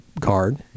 card